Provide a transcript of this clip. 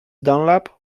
dunlap